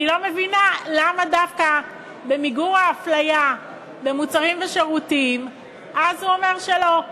אני לא מבינה למה דווקא במיגור ההפליה במוצרים ושירותים הוא אומר שלא.